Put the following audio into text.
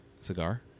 cigar